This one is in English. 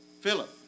Philip